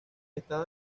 estaba